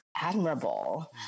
admirable